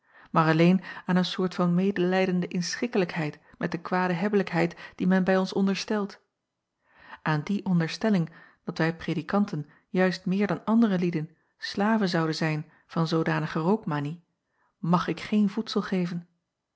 maar alleen aan een soort van medelijdende inschikkelijkheid met de kwade hebbelijkheid die men bij ons onderstelt an die onderstelling dat wij predikanten juist meer dan andere lieden slaven zouden zijn van zoodanige rook manie mag ik geen voedsel geven